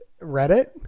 Reddit